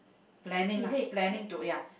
planning lah planning to ya